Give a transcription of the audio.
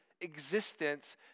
existence